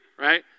Right